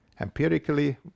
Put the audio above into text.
Empirically